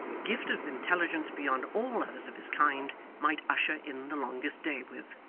gifted with intelligence beyond all others of his kind, might usher in the longest day with.